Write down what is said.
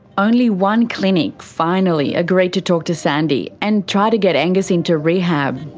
only one clinic finally agreed to talk to sandy and tried to get angus into rehab.